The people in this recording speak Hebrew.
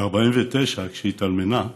ב-1949, כשהיא התאלמנה,